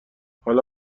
حالا